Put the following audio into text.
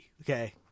okay